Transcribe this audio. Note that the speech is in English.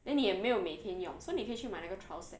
then 你也没有每天用 so 你可以去买那个 trial set